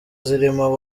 zirimo